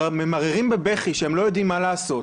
ממררים בבכי שהם לא יודעים מה לעשות,